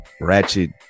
ratchet